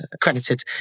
credited